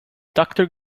doctor